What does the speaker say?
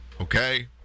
okay